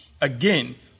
Again